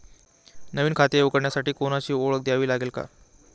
नवीन खाते उघडण्यासाठी कोणाची ओळख द्यावी लागेल का?